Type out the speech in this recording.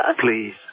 Please